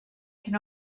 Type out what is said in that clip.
can